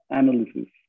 analysis